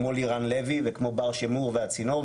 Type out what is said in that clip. כמו לירן לוי וכמו בר שם אור והצינור,